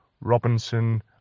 Robinson